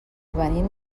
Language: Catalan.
venim